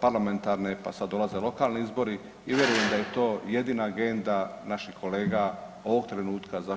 parlamentarne pa sad dolaze lokalni izbori i vjerujem da je to jedina agenda naših kolega ovog trenutka zašto se tako ponašaju.